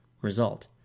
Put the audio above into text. result